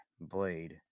blade